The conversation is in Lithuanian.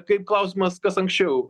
kaip klausimas kas anksčiau